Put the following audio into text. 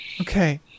Okay